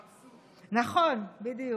נכון, בדיוק.